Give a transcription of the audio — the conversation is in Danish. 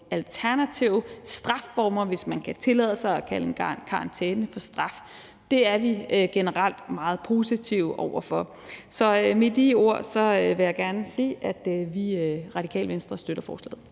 alternative strafformer, hvis man kan tillade sig at kalde en karantæne for straf. Det er vi generelt meget positive over for. Med de ord vil jeg gerne sige, at Radikale Venstre støtter forslaget.